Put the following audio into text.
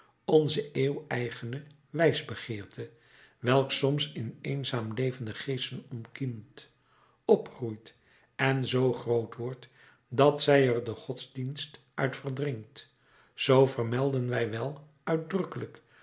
onze eeuw eigene wijsbegeerte welke soms in eenzaam levende geesten ontkiemt opgroeit en zoo groot wordt dat zij er den godsdienst uit verdringt zoo vermelden wij wel uitdrukkelijk